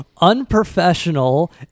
Unprofessional